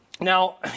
Now